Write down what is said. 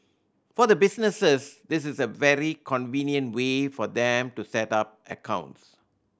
for the businesses this is a very convenient way for them to set up accounts